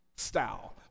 style